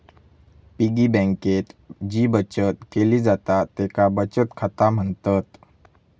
piggy बँकेत जी बचत केली जाता तेका बचत खाता म्हणतत